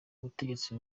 ubutegetsi